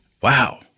Wow